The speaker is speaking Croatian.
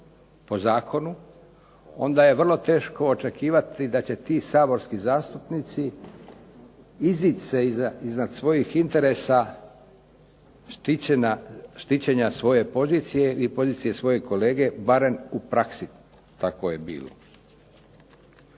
po zakonu, onda je vrlo teško očekivati da će ti saborski zastupnici izdići se iznad svojih interesa štićenja svoje pozicije i pozicije svojeg kolege, barem u praksi tako je bilo.